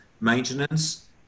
maintenance